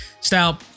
style